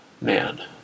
man